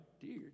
dear